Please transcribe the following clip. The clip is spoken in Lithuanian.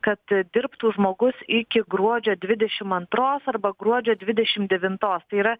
kad dirbtų žmogus iki gruodžio dvidešim antros arba gruodžio dvidešim devintos tai yra